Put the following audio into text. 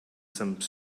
some